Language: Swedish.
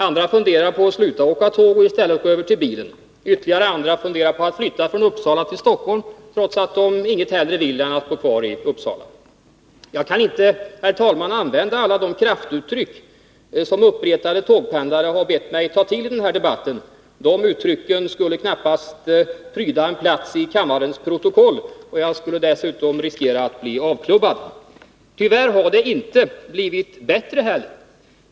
Andra funderar på att sluta åka tåg och i stället gå över till bil. Ytterligare andra funderar på att flytta från Uppsala till Stockholm, trots att de inget hellre vill än att bo kvar i Uppsala. 121 Jag kan inte, herr talman, använda alla de kraftuttryck som uppretade tågpendlare har bett mig ta till i den här debatten. De uttrycken skulle knappast pryda kammarens protokoll, och jag skulle dessutom riskera att bli avklubbad. Tyvärr har det inte blivit bättre här.